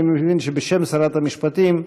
אני מבין שבשם שרת המשפטים,